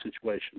situation